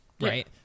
right